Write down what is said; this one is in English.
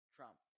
Trump